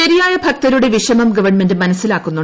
ശരിയായ ഭക്തരുടെ വിഷമം ഗവൺമെന്റ് മനസിലാക്കുന്നു